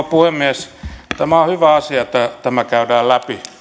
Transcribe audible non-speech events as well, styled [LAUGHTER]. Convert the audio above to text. [UNINTELLIGIBLE] puhemies on hyvä asia että tämä käydään läpi